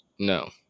No